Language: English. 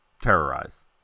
terrorize